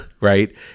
right